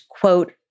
quote